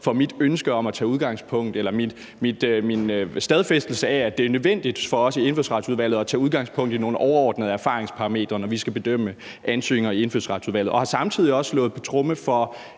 jo har fået en del kritik for min stadfæstelse af, at det er nødvendigt for os i Indfødsretsudvalget at tage udgangspunkt i nogle overordnede erfaringsparametre, når vi skal bedømme ansøgninger i Indfødsretsudvalget. Og jeg har samtidig også slået på tromme for